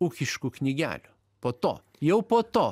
ūkiškų knygelių po to jau po to